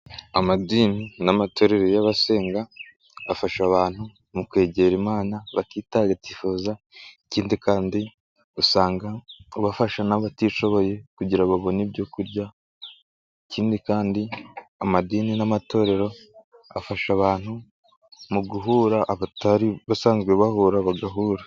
Amadini n'amatorero y'abasenga afasha abantu mu kwegera Imana batitagatifuza ikindi kandi usanga bafasha n'abatishoboye kugira ngo babone ibyo kurya, ikindi kandi amadini n'amatorero afasha abantu mu guhura abatari basanzwe bahura bagahura.